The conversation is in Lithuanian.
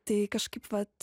tai kažkaip vat